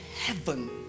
heaven